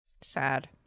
Sad